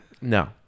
No